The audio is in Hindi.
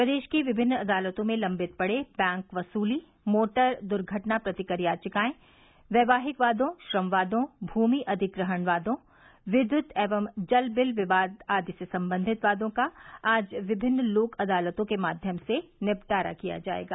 प्रदेश की विभिन्न अदालतों में लंबित पड़े बैंक वसूली मोटर दुर्घटना प्रतिकर याचिकाएं वैवाहिक वादों श्रम वादों भूमि अधिग्रहण वादों विद्युत एवं जल बिल विवाद आदि से संबंधित वादों का आज विभिन्न लोक अदालतों के माध्यम से निपटारा किया जायेगा